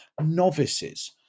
novices